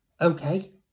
okay